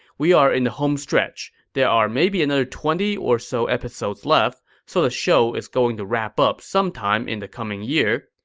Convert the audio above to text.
we are in the home stretch. there are maybe another twenty or so episodes left, so the show is going to wrap up sometime in the coming year.